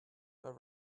her